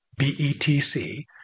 BETC